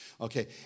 Okay